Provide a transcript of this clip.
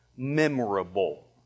Memorable